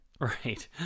Right